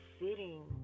sitting